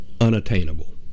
unattainable